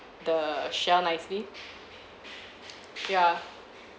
the shell nicely yeah